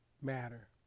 matter